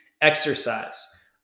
exercise